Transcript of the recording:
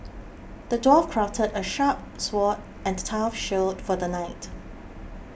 the dwarf crafted a sharp sword and a tough shield for the knight